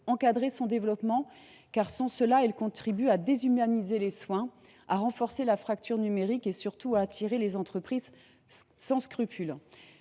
il faut l’encadrer. Sans cela, elle contribue à déshumaniser les soins, à renforcer la fracture numérique et, surtout, à attirer des entreprises sans scrupules.